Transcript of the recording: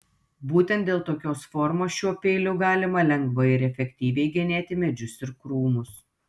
būtent dėl tokios formos šiuo peiliu galima lengvai ir efektyviai genėti medžius ir krūmus